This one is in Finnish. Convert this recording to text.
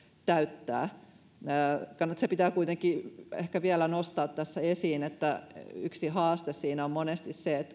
täyttää se kuitenkin ehkä pitää vielä nostaa esiin että yksi haaste siinä on monesti se että